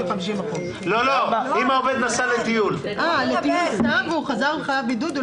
נסע לטיול והוא חזר אחרי הבידוד?